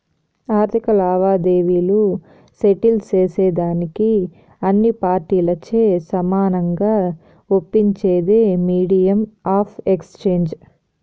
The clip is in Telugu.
ఆర్థిక లావాదేవీలు సెటిల్ సేసేదానికి అన్ని పార్టీలచే సమానంగా ఒప్పించేదే మీడియం ఆఫ్ ఎక్స్చేంజ్